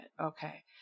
okay